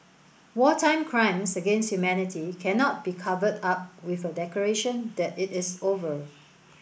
wartime crimes against humanity cannot be covered up with a declaration that it is over